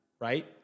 right